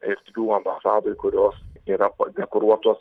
erdvių ambasadoj kurios yra padekoruotos